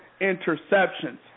interceptions